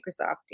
Microsoft